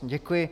Děkuji.